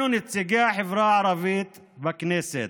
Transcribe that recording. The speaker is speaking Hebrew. אנחנו, נציגי החברה הערבית בכנסת,